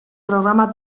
programa